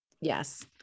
yes